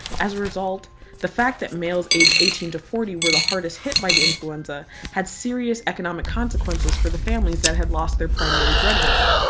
as a result the fact that males aged eighteen to forty were the hardest hit by the influenza had serious economic consequences for the families that had lost their primary breadwinner.